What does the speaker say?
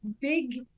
big